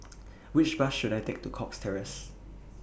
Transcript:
Which Bus should I Take to Cox Terrace